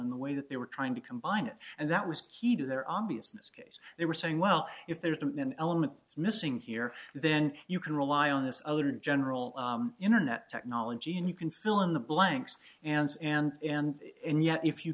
in the way that they were trying to combine it and that was key to their obviousness case they were saying well if there's an element that's missing here then you can rely on this other general internet technology and you can fill in the blanks ands and and and yet if you